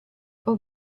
può